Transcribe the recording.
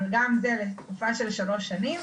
אבל גם זה לתקופה של שלוש שנים.